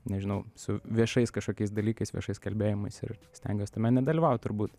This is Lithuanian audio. nežinau su viešais kažkokiais dalykais viešais kalbėjimais ir stengiuos tame nedalyvaut turbūt